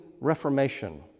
reformation